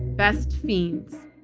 best fiends.